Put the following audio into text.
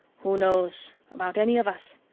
who knows about any of us?